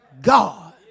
God